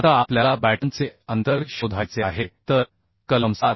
आता आपल्याला बॅटनचे अंतर शोधायचे आहे तर कलम 7